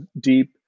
deep